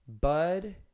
Bud